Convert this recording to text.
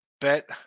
bet